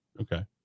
Okay